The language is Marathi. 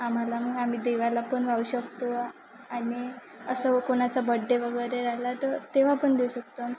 आम्हाला मग आम्ही देवाला पण वाहू शकतो आणि असं कोणाचा बड्डे वगैरे राहिला तर तेव्हा पण देऊ शकतो